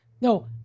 No